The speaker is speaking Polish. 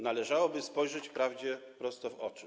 Należałoby spojrzeć prawdzie prosto w oczy.